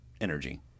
energy